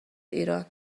ایران